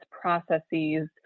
processes